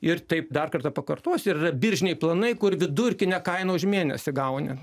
ir taip dar kartą pakartosiu ir yra biržiniai planai kur vidurkinę kainą už mėnesį gauni